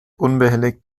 unbehelligt